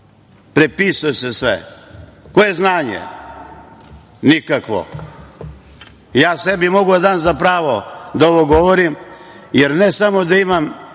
Prepisuje se sve. Koje znanje? Nikakvo. Ja sebi mogu da dam za pravo da ovo govorim, jer ne samo da imam